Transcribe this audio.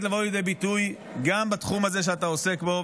לבוא לידי ביטוי גם בתחום הזה שאתה עוסק בו.